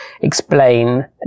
explain